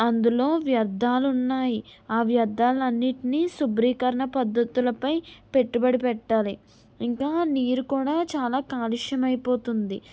అందులో వ్యర్థాలున్నాయి ఆ వ్యర్థాలన్నింటినీ శుభ్రీకరణ పద్ధతులపై పెట్టుబడి పెట్టాలి ఇంకా నీరు కూడా చాలా కాలుష్యమైపోతుంది